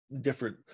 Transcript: different